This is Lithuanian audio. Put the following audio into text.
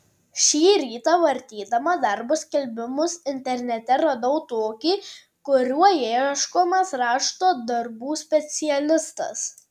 šį rytą vartydama darbo skelbimus internete radau tokį kuriuo ieškomas rašto darbų specialistas